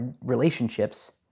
relationships